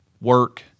work